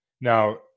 Now